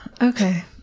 Okay